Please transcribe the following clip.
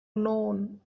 known